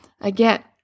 Again